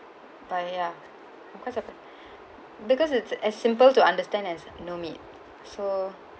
but ya because of that because it's as simple to understand as no meat so